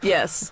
Yes